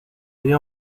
the